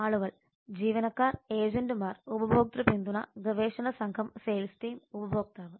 ആളുകൾ ജീവനക്കാർ ഏജന്റുമാർ ഉപഭോക്തൃ പിന്തുണ ഗവേഷണ സംഘം സെയിൽസ് ടീം ഉപഭോക്താവ്